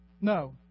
No